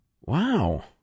Wow